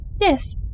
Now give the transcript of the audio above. Yes